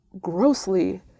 grossly